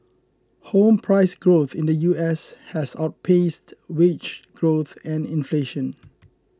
home price growth in the U S has outpaced wage growth and inflation